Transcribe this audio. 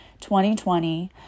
2020